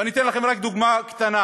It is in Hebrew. ואני אתן לכם רק דוגמה קטנה,